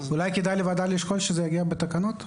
אולי כדאי לוועדה לשקול שזה יגיע בתקנות.